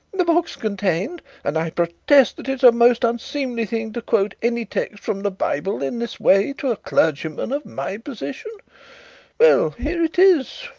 the box contained and i protest that it's a most unseemly thing to quote any text from the bible in this way to a clergyman of my position well, here it is.